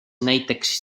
näiteks